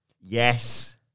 Yes